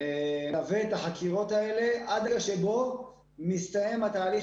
אני מלווה את החקירות האלה עד רגע שבו מסתיים התהליך